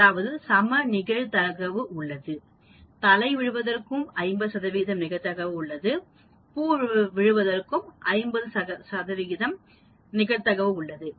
அதாவது சம நிகழ்தகவு உள்ளது தலை விழுவதற்கு 50 சதவீதம் நிகழ்தகவு உள்ளது பூ விழுவதற்கு 50 சதவீதம் நிகழ்தகவு உள்ளது